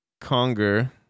conger